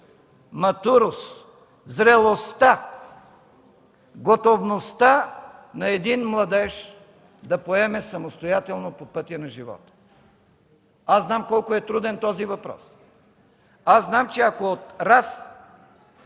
„матурус” – зрелостта, готовността на един младеж да поеме самостоятелно по пътя на живота. Аз знам колко е труден този въпрос. Аз знам, че ако от раз